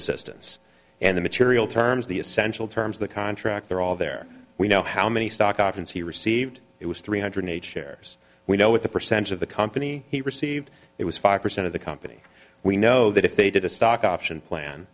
assistance and the material terms the essential terms of the contract they're all there we know how many stock options he received it was three hundred eighty shares we know what the percentage of the company he received it was five percent of the company we know that if they did a stock option plan